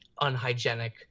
unhygienic